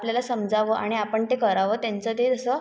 आपल्याला समजावं आणि आपण ते करावं त्यांचं ते तसं